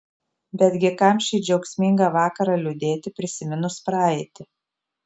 betgi kam šį džiaugsmingą vakarą liūdėti prisiminus praeitį